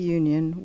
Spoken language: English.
union